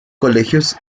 colegios